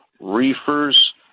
reefers